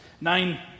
Nine